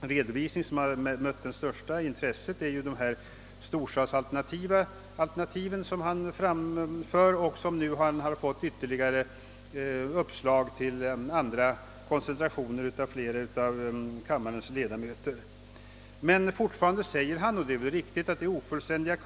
redovisning som mött det största intresset är de storstadsalternativ han framför; flera av kammarens ledamöter har ju i debatten gett uppslag beträffande andra alternativ till koncentrationer. Men fortfarande säger inrikesministern, och det är väl riktigt, att kunskaperna är ofullständiga.